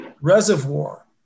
reservoir